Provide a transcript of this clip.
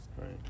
Right